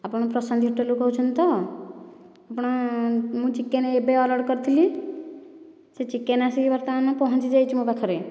ଆପଣ ପ୍ରଶାନ୍ତି ହୋଟେଲ୍ରୁ କହୁଛନ୍ତି ତ ଆପଣ ମୁଁ ଚିକେନ ଏବେ ଅର୍ଡର କରିଥିଲି ସେ ଚିକେନ ଆସିକି ବର୍ତ୍ତମାନ ପହଞ୍ଚିଯାଇଛି ମୋ' ପାଖରେ